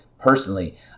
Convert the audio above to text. personally